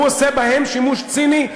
הוא עושה בהם שימוש ציני.